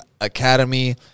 academy